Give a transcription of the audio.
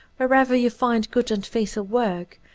wherever you find good and faithful work,